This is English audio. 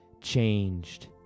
changed